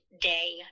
day